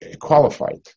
qualified